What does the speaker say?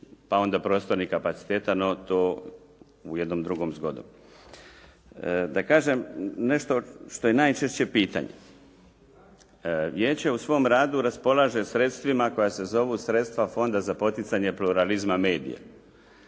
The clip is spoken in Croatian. pa onda prostornih kapaciteta. No to jednom drugom zgodom. Da kažem nešto što je najčešće pitanje. Vijeće u svom radu raspolaže sredstvima koja se zovu "Sredstva za poticanje pluralizma medija".